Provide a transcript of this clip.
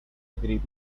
agreement